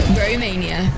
Romania